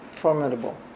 Formidable